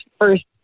first